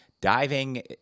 diving